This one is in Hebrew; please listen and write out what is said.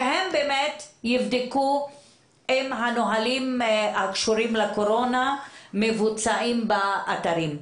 שהם באמת יבדקו אם הנהלים הקשורים לקורונה מבוצעים באתרים.